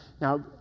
Now